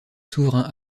souverains